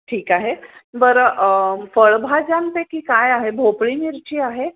ठीक आहे बरं फळभाज्यांपैकी काय आहे भोपळी मिरची आहे